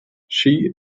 she